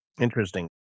Interesting